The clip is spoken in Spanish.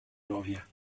novia